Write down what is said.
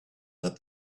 that